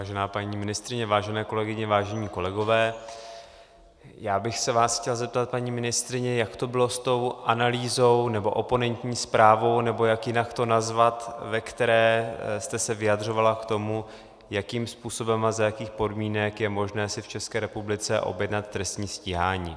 Vážená paní ministryně, vážené kolegyně, vážení kolegové, já bych se vás chtěl zeptat, paní ministryně, jak to bylo s tou analýzou, nebo oponentní zprávou, nebo jak jinak to nazvat, ve které jste se vyjadřovala k tomu, jakým způsobem a za jakých podmínek je možné si v České republice objednat trestní stíhání.